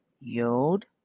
Yod